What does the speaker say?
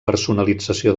personalització